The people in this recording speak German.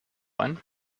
ein